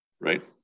right